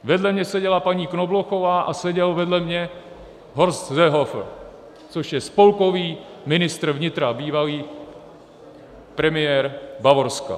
Vedle mě seděla paní Knoblochová a seděl vedle mě Horst Seehofer, což je spolkový ministr vnitra, bývalý premiér Bavorska.